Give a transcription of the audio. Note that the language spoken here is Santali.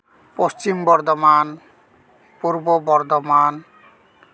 ᱯᱚᱪᱷᱤᱢ ᱵᱚᱨᱫᱷᱚᱢᱟᱱ ᱯᱩᱨᱵᱚ ᱵᱚᱨᱫᱷᱚᱢᱟᱱ